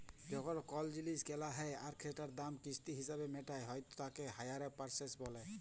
যখল কল জিলিস কেলা হ্যয় আর সেটার দাম কিস্তি হিছাবে মেটাল হ্য়য় তাকে হাইয়ার পারচেস ব্যলে